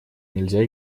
нельзя